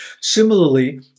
Similarly